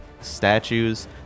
statues